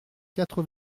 quatre